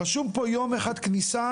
רשום פה יום אחד כניסה,